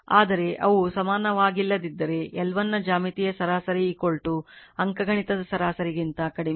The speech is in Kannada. ಆದರೆ ಅವು ಸಮಾನವಾಗಿಲ್ಲದಿದ್ದರೆ L1 ನ ಜ್ಯಾಮಿತೀಯ ಸರಾಸರಿ ಅಂಕಗಣಿತದ ಸರಾಸರಿಗಿಂತ ಕಡಿಮೆ